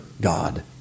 God